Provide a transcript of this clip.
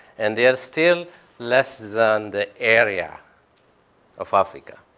and they're still less than the area of africa.